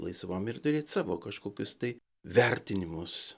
laisvam ir turėt savo kažkokius tai vertinimus